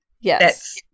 Yes